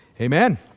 Amen